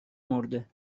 مرده